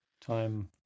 time